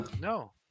No